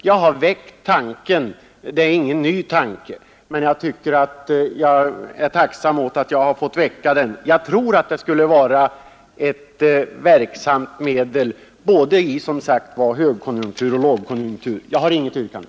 Jag har velat aktualisera denna tanke som inte är ny, och jag tror att en sådan här åtgärd skulle kunna vara ett verksamt medel både i en lågkonjunktur och i en högkonjunktur. Jag har inget yrkande.